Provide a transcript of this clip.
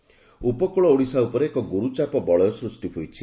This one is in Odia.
ପାଣିପାଗ ଉପକୂଳ ଓଡ଼ିଶା ଉପରେ ଏକ ଗୁରୁଚାପ ବଳୟ ସୃଷ୍ ହୋଇଛି